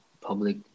public